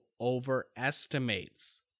overestimates